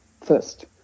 first